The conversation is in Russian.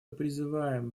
призываем